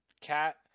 cat